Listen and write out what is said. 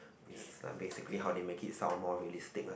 is like basically how they make it sort of more realistic lah